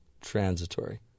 transitory